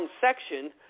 section